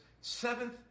seventh